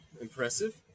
impressive